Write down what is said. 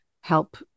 help